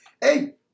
hey